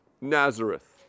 Nazareth